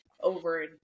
over